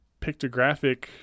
pictographic